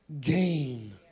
gain